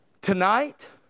Tonight